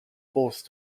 forced